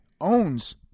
Owns